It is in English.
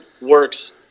works